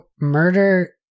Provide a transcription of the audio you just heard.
murder